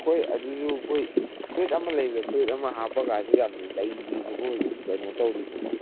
ꯍꯣꯏ ꯑꯗꯨꯁꯨ ꯑꯩꯈꯣꯏ ꯐꯨꯔꯤꯠ ꯑꯃ ꯂꯩꯕꯗ ꯐꯨꯔꯤꯠ ꯑꯃ ꯍꯥꯞꯄꯒꯁꯨ ꯌꯥꯝ ꯂꯩꯔꯤꯕ ꯑꯩꯈꯣꯏ ꯍꯧꯖꯤꯛ ꯀꯩꯅꯣ ꯇꯧꯔꯤꯕꯀꯣ